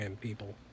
people